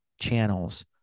channels